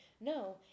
No